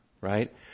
right